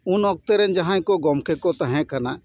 ᱩᱱ ᱚᱠᱛᱮ ᱨᱮᱱ ᱡᱟᱦᱟᱭ ᱠᱚ ᱜᱚᱢᱠᱮ ᱠᱚ ᱛᱟᱦᱮᱸ ᱠᱟᱱᱟ